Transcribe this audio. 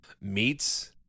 meats